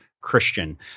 Christian